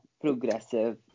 progressive